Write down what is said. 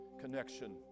connection